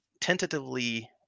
tentatively